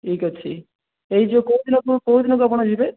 ଠିକ୍ ଅଛି ଏହି ଯେଉଁ କେଉଁ ଦିନକୁ କେଉଁ ଦିନକୁ ଆପଣ ଯିବେ